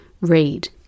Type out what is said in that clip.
Read